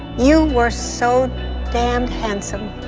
you were so damned handsome.